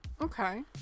okay